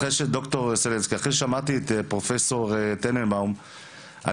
אחרי ששמעתי את פרופסור טננבאום,